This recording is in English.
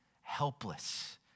helpless